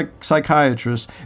psychiatrists